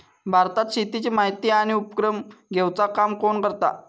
भारतात शेतीची माहिती आणि उपक्रम घेवचा काम कोण करता?